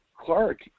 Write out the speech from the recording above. Clark